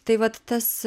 tai vat tas